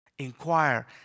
inquire